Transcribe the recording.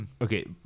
Okay